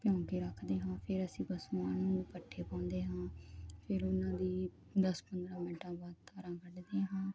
ਭਿਉਂ ਕੇ ਰੱਖਦੇ ਹਾਂ ਫਿਰ ਅਸੀਂ ਪਸ਼ੂਆਂ ਨੂੰ ਪੱਠੇ ਪਾਉਂਦੇ ਹਾਂ ਫਿਰ ਉਹਨਾਂ ਦੀ ਦਸ ਪੰਦਰਾਂ ਮਿੰਟਾਂ ਬਾਅਦ ਧਾਰਾ ਕੱਢਦੇ ਹਾਂ